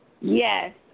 Yes